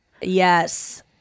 yes